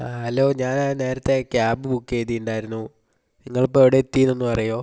അ hello ഞാനാ നേരത്തെ cab book ചെയ്തിട്ടുണ്ടായിരുന്നു നിങ്ങളിപ്പോൾ എവിടെ എത്തിയെന്ന് ഒന്ന് പറയാമോ